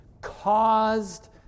caused